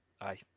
aye